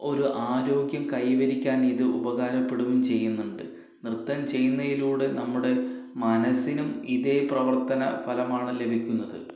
ഒരു ആരോഗ്യം കൈവരിക്കാൻ ഇത് ഉപകാരപ്പെടുകയും ചെയ്യുന്നുണ്ട് നൃത്തം ചെയ്യുന്നതിലൂടെ നമ്മുടെ മനസ്സിനും ഇതേ പ്രവർത്തന ഫലമാണ് ലഭിക്കുന്നത്